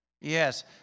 Yes